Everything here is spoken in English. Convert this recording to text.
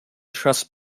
trust